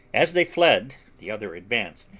as they fled, the other advanced,